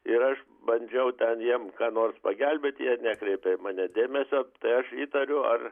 ir aš bandžiau ten jiem ką nors pagelbėti jie nekreipė į mane dėmesio tai aš įtariu ar